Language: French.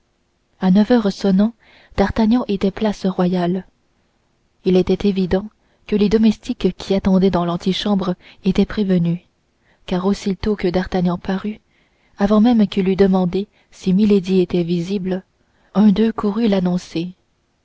à neuf heures sonnant d'artagnan était place royale il était évident que les domestiques qui attendaient dans l'antichambre étaient prévenus car aussitôt que d'artagnan parut avant même qu'il eût demandé si milady était visible un d'eux courut l'annoncer